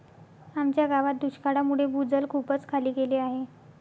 आमच्या गावात दुष्काळामुळे भूजल खूपच खाली गेले आहे